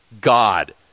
God